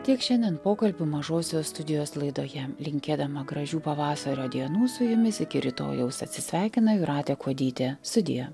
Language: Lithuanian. tiek šiandien pokalbių mažosios studijos laidoje linkėdama gražių pavasario dienų su jumis iki rytojaus atsisveikina jūratė kuodytė sudie